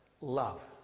love